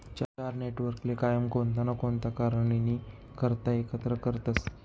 चार नेटवर्कले कायम कोणता ना कोणता कारणनी करता एकत्र करतसं